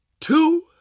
two